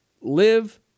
live